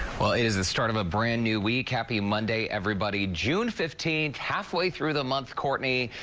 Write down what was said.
well, it is the start of a brand new week, happy monday, everybody. june fifteenth, halfway through the month, courtney,